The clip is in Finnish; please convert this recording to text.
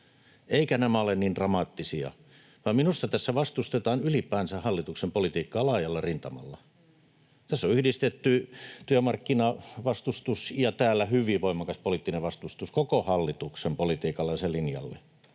Eivätkä nämä ole niin dramaattisia, vaan minusta tässä vastustetaan ylipäänsä hallituksen politiikkaa laajalla rintamalla. Tässä on yhdistetty työmarkkinavastustus ja täällä hyvin voimakas poliittinen vastustus koko hallituksen politiikalle ja sen linjalle.